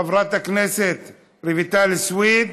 חברת הכנסת רויטל סויד,